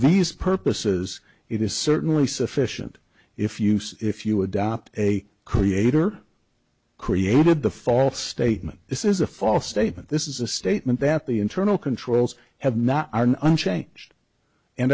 these purposes it is certainly sufficient if you say if you adopt a creator created the false statement this is a false statement this is a statement that the internal controls have not unchanged and